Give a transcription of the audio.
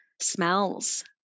smells